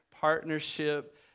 partnership